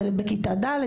ילד בכיתה ד',